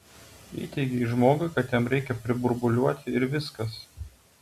įteigei žmogui kad jam reikia priburbuliuoti ir viskas